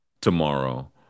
tomorrow